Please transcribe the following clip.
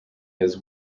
his